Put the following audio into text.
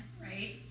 Right